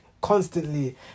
Constantly